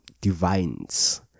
Divines